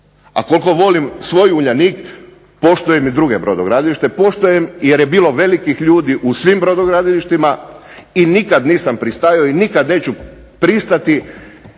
A koliko volim svoj Uljanik poštujem i druge brodogradilište, poštujem jer je bilo velikih ljudi u svim brodogradilištima i nikad nisam pristajao i nikad neću pristati